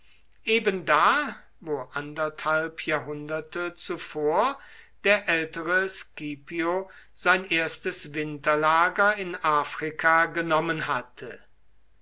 ebenda wo anderthalb jahrhunderte zuvor der ältere scipio sein erstes winterlager in afrika genommen hatte